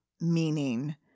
meaning